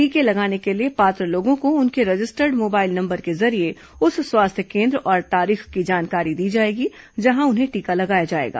टीके लगाने के लिए पात्र लोगों को उनके रजिस्टर्ड मोबाइल नंबर के जरिए उस स्वास्थ्य केन्द्र और तारीख की जानकारी दी जाएगी जहां उन्हें टीका लगाया जाएगा